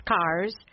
cars